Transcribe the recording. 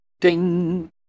Ding